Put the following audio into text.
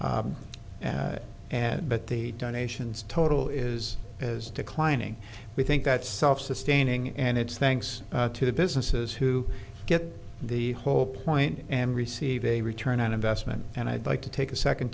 and but the donations total is as declining we think that's self sustaining and it's thanks to the businesses who get the whole point and receive a return on investment and i'd like to take a second